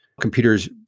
computers